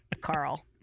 Carl